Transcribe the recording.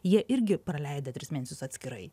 jie irgi praleidę tris mėnesius atskirai